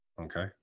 okay